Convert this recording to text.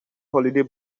holiday